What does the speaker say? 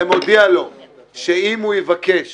ומודיע לו שאם הוא יבקש